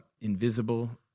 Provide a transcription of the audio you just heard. invisible